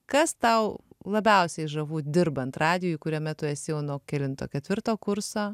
kas tau labiausiai žavu dirbant radijuj kuriame tu esi jau nuo kelinto ketvirto kurso